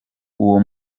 uwo